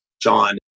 John